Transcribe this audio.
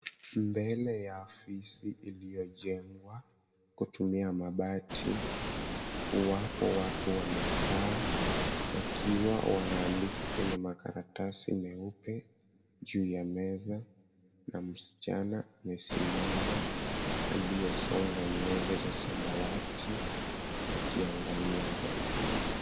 Mbele ya afisi iliyojengwa kutumia mabati, wapo watu wamekaa wakiwa wanaandika kwenye makaratasi meupe juu ya meza na msichana amesimama aliyesonga nywele za samawati akiangalia mbele.